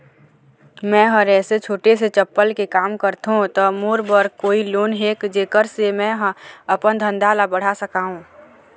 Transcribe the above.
मैं हर ऐसे छोटे से चप्पल के काम करथों ता मोर बर कोई लोन हे जेकर से मैं हा अपन धंधा ला बढ़ा सकाओ?